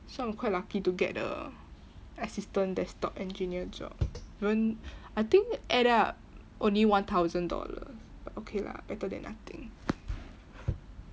so I'm quite lucky to get the assistant desktop engineer job I think add up only one thousand dollars but okay lah better than nothing